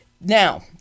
Now